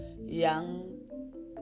young